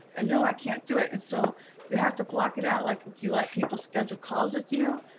ah know i can't do it. and so you have to block it out. like if you let people schedule calls with you,